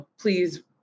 please